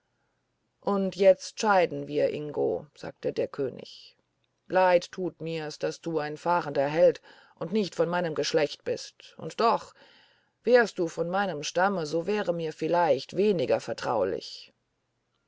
und jetzt scheiden wir ingo sagte der könig leid tut mir's daß du ein fahrender held und nicht von meinem geschlecht bist und doch wärst du von meinem stamme du wärst mir vielleicht weniger vertraulich